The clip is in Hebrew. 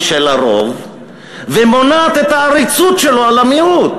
של הרוב ומונעת את העריצות שלו על המיעוט.